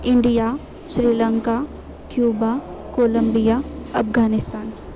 India Sri Lanka Cuba Colombia Afghanistan